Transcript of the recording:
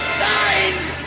signs